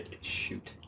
shoot